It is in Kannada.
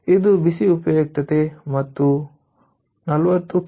ಇದು ಬಿಸಿ ಉಪಯುಕ್ತತೆ ಮತ್ತು 40KW ಆಗಿದೆ